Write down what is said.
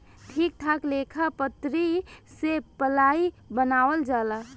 ठीक ठाक लेखा पटरी से पलाइ बनावल जाला